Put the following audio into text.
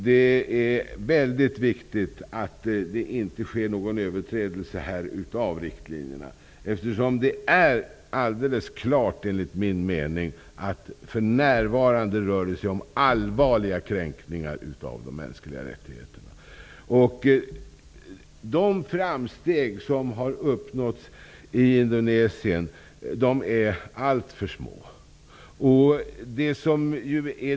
Det är mycket viktigt att ingen överträdelse av riktlinjerna sker, eftersom det är alldeles klart, enligt min mening, att det för närvarande rör sig om allvarliga kränkningar av de mänskliga rättigheterna. De framsteg som uppnåtts i Indonesien är alltför små.